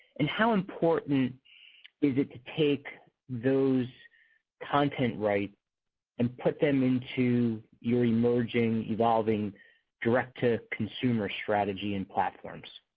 and how important is it to take those content right and put them into your emerging, evolving direct to consumer strategy in platforms?